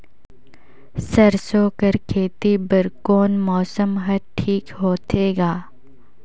सरसो कर खेती बर कोन मौसम हर ठीक होथे ग?